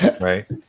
right